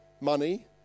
money